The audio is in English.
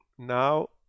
Now